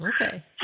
okay